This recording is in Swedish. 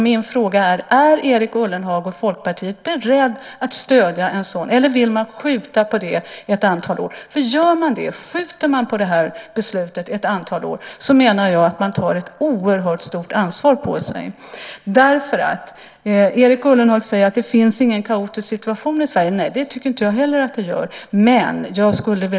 Min fråga är om Erik Ullenhag och Folkpartiet är beredda att stödja en sådan. Eller vill man skjuta på det ett antal år? Om man skjuter på det här beslutet ett antal år menar jag att man tar på sig ett oerhört stort ansvar. Erik Ullenhag säger att det inte är någon kaotisk situation i Sverige. Nej, det tycker inte jag heller.